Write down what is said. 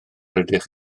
ydych